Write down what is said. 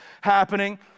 happening